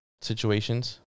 situations